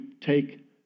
take